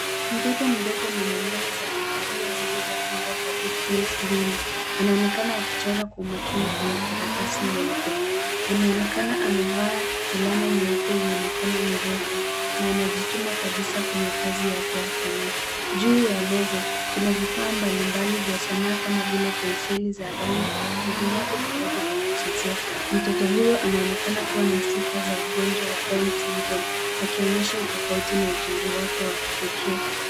Mtoto mdogo mwenye nywele za kahawia zilizofungwa kwa pigtails mbili, anaonekana akichora kwa umakini kwenye karatasi nyeupe. Ameonekana amevaa fulana nyeupe yenye mikono mirefu na anajituma kabisa kwenye kazi ya sanaa. Juu ya meza, kuna vifa mbalimbali vya sanaa kama vile penseli za rangi na vinyago vidogo vya kuchezea. Mtoto huyo anaonekana kuwa na sifa za ugonjwa wa Down syndrome , akionyesha utofauti na uzuri wake wa kipekee.